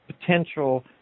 potential